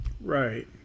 Right